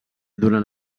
durant